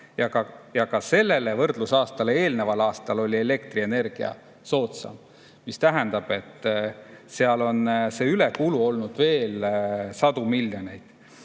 Ja ka sellele võrdlusaastale eelneval aastal oli elektrienergia soodsam, mis tähendab, et seal on üle[maksmist] olnud veel sadu miljoneid.